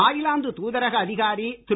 Thailand தூதரக அதிகாரி திரு